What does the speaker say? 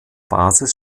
basis